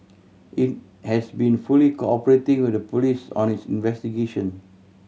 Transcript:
it has been fully cooperating with the police on its investigation